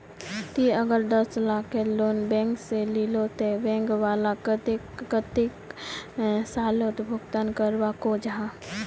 ती अगर दस लाखेर लोन बैंक से लिलो ते बैंक वाला कतेक कतेला सालोत भुगतान करवा को जाहा?